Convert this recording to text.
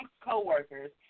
coworkers